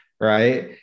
right